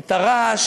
את הרעש,